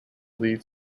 lead